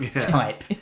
type